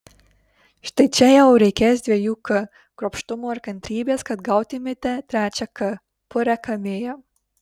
štai čia jau reikės dviejų k kruopštumo ir kantrybės kad gautumėte trečią k purią kamėją